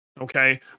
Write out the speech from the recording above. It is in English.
Okay